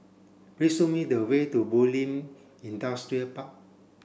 please show me the way to Bulim Industrial Park